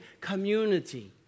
community